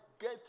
get